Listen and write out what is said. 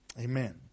amen